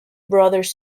brothers